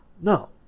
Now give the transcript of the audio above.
No